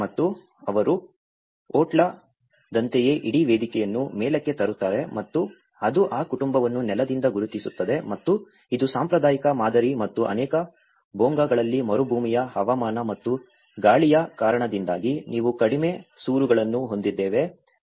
ಮತ್ತು ಅವರು ಓಟ್ಲಾದಂತೆಯೇ ಇಡೀ ವೇದಿಕೆಯನ್ನು ಮೇಲಕ್ಕೆ ತರುತ್ತಾರೆ ಮತ್ತು ಅದು ಆ ಕುಟುಂಬವನ್ನು ನೆಲದಿಂದ ಗುರುತಿಸುತ್ತದೆ ಮತ್ತು ಇದು ಸಾಂಪ್ರದಾಯಿಕ ಮಾದರಿ ಮತ್ತು ಅನೇಕ ಭೋಂಗಾಗಳಲ್ಲಿ ಮರುಭೂಮಿಯ ಹವಾಮಾನ ಮತ್ತು ಗಾಳಿಯ ಕಾರಣದಿಂದಾಗಿ ನಾವು ಕಡಿಮೆ ಸೂರುಗಳನ್ನು ಹೊಂದಿದ್ದೇವೆ